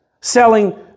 selling